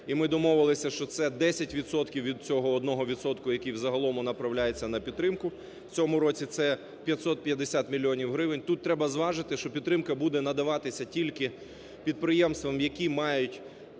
і ми домовилися, що це 10 відсотків від цього одного відсотку, який загалом направляється на підтримку в цьому році, це 550 мільйонів гривень. Тут треба зважити, що підтримка буде надаватися тільки підприємствам, які мають